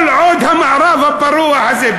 כל עוד המערב הפרוע הזה,